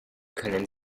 können